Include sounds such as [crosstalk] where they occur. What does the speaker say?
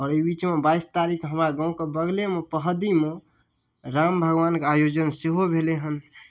एहि बीच बाइस तारीख कऽ हमरा गाँवके बगलेमे [unintelligible] राम भगवानके आयोजन सेहो भेलै हन